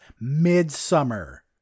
*Midsummer*